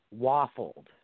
waffled